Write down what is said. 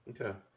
Okay